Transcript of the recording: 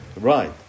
Right